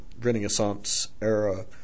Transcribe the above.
Renaissance-era